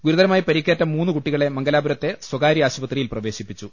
ഗുരുതരമായി പരിക്കേറ്റ മൂന്ന് കുട്ടികളെ മംഗലാപുരത്തെ സ്വകാര്യ ആശു പത്രിയിൽ പ്രവേശിപ്പിച്ചു